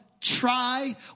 try